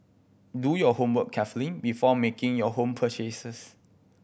do your homework carefully before making your home purchases